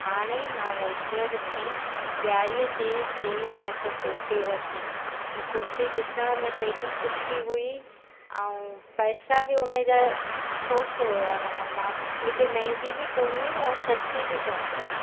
हाणे ई मां वेझर में ॾियारीअ ते सेल मां हिकु कुर्ती वरिती हूअ कुर्ती ॾिसण में त एॾी सुठी हुई ऐं पैसा बि उन जा सो सो हुया माना मां हेॾी महांगी बि कोन हुई ऐं सस्ती बि कोन हुई